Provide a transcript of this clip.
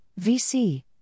VC